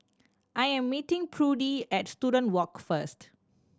I am meeting Prudie at Student Walk first